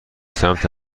سمت